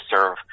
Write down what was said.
serve